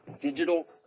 digital